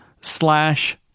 slash